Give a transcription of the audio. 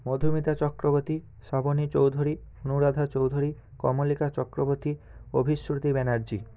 Madhumita Chakraborty Shrabani Chowdhury Anuradha Chowdhury Kamalika Chakraborty Abhishruti Banerjee